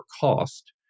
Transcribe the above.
cost